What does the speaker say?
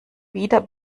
wieder